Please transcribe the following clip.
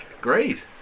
Great